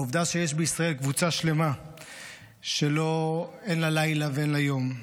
העובדה שיש בישראל קבוצה שלמה שאין לה לילה ואין לה יום,